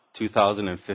2015